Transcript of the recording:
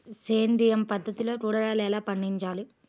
సేంద్రియ పద్ధతిలో కూరగాయలు ఎలా పండించాలి?